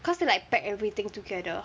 cause they like pack everything together